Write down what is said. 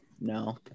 No